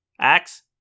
Axe